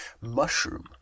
Mushroom